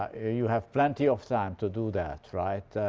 ah you have plenty of time to do that. right?